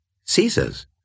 Caesar's